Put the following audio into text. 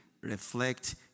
reflect